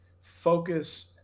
focus